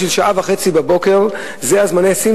שעה וחצי בבוקר זה זמני השיא,